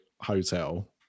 hotel